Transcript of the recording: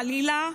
חלילה,